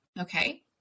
okay